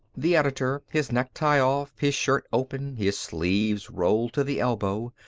the editor, his necktie off, his shirt open, his sleeves rolled to the elbow,